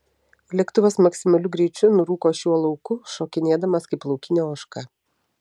lėktuvas maksimaliu greičiu nurūko šiuo lauku šokinėdamas kaip laukinė ožka